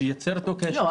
שייצור איתו קשר --- לא,